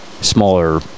smaller